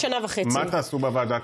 עמיתיי חברי הכנסת, הוא חוק מסוכן ובעייתי,